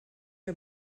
are